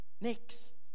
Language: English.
Next